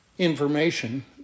information